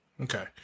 Okay